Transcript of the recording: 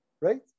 right